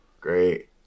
great